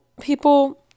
people